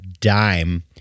dime